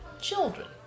children